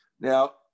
Now